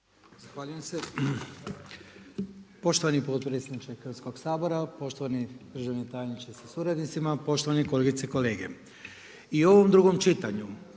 Zahvaljujem se poštovani potpredsjedniče Hrvatskoga sabora, poštovani državni tajniče sa suradnicima, poštovane kolegice i kolege. I u ovom drugom čitanju